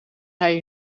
hij